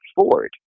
Ford